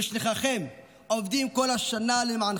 כשליחיכם, עובדים כל השנה למענכם,